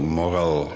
moral